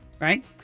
right